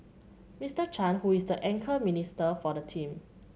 Mister Chan who is the anchor minister for the team